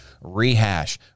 Rehash